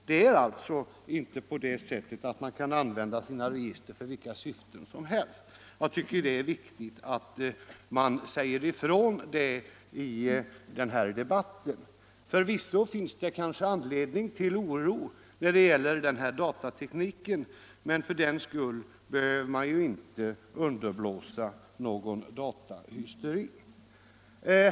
Det är alltså inte så att man kan använda sina register för vilka syften som helst. Jag tycker att det är viktigt att säga ifrån det i den här debatten. Förvisso finns det anledning till oro när det gäller datatekniken, men för den skull behöver vi ju inte underblåsa någon datahysteri.